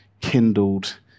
kindled